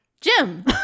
jim